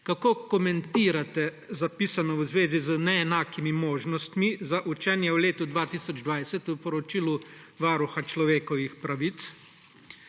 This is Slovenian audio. Kako komentirate zapisano v zvezi z neenakimi možnostmi za učenje v letu 2020 v poročilu Varuha človekovih pravic?